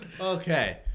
Okay